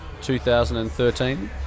2013